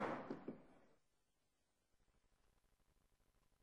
תם סדר-היום.